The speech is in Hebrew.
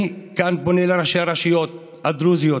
אני כאן פונה לראשי הרשויות הדרוזיות